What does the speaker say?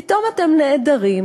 פתאום אתם נעדרים,